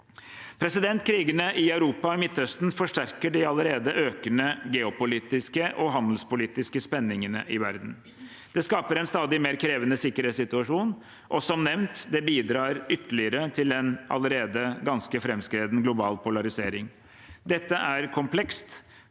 Krigene i Europa og i Midtøsten forsterker de allerede økende geopolitiske og handelspolitiske spenningene i verden. Dette skaper en stadig mer krevende sikkerhetssituasjon. Som nevnt bidrar det ytterligere til en allerede ganske framskreden global polarisering. Dette er komplekst,